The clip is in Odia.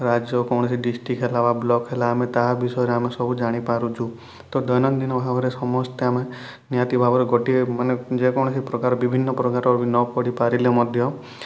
ରାଜ୍ୟ କୋଣସି ଡିଷ୍ଟ୍ରିକ୍ଟ ହେଲା ବା ବ୍ଲକ୍ ହେଲା ଆମେ ତାହା ବିଷୟରେ ଆମେ ସବୁ ଜାଣିପାରୁଛୁ ତ ଦୈନନ୍ଦିନ ଭାବରେ ସମସ୍ତେ ଆମେ ନିହାତି ଭାବରେ ଗୋଟିଏ ମାନେ ଯେକୌଣସି ପ୍ରକାର ବିଭିନ୍ନ ପ୍ରକାର ବି ନ ପଢ଼ିପାରିଲେ ମଧ୍ୟ